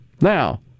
Now